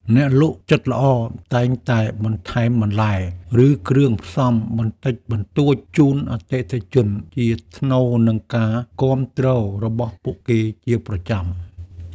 អ្នកលក់ចិត្តល្អតែងតែបន្ថែមបន្លែ ឬគ្រឿងផ្សំបន្តិចបន្តួចជូនអតិថិជនជាថ្នូរនឹងការគាំទ្ររបស់ពួកគេជាប្រចាំ។